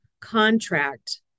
contract